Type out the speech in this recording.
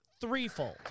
threefold